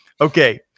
Okay